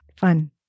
fun